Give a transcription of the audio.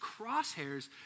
crosshairs